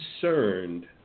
concerned